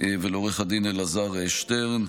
ולעו"ד אלעזר שטרן,